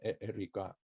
Erika